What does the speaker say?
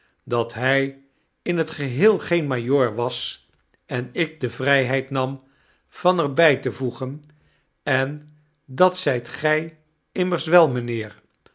dat hy in het geheel geen majoor was en ik de vryheid nam van er bij te voegen en dat zyt gy immers wel mynheer